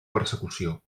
persecució